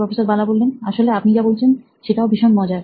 professor Bala আসলে আপনি যা বলছেন সেটাও ভীষণ মজার